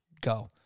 Go